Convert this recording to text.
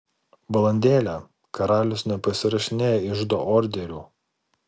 valandėlę karalius nepasirašinėja iždo orderių